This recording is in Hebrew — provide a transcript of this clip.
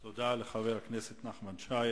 תודה לחבר הכנסת נחמן שי.